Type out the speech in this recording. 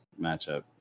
matchup